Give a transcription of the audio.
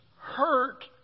hurt